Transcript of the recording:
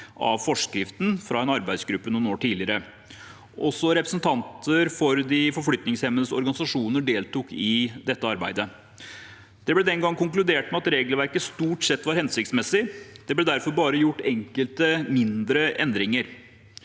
av forskriften fra en arbeidsgruppe noen år tidligere. Også representanter for de forflytningshemmedes organisasjoner deltok i dette arbeidet. Det ble den gang konkludert med at regelverket stort sett var hensiktsmessig. Det ble derfor bare